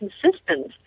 consistent